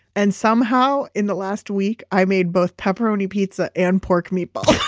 and somehow in the last week, i made both pepperoni pizza and pork meatballs.